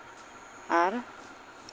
ᱟᱨ